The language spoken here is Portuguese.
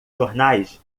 jornais